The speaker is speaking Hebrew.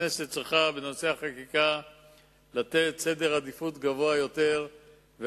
הכנסת צריכה לתת לנושא החקיקה מקום גבוה יותר בסדר